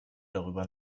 darüber